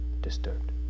disturbed